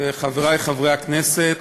וחברי חברי הכנסת,